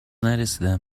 نرسیدم